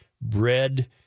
bread